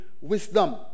wisdom